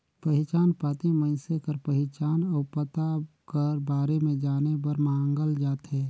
पहिचान पाती मइनसे कर पहिचान अउ पता कर बारे में जाने बर मांगल जाथे